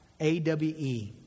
A-W-E